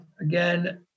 again